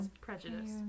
Prejudice